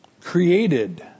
created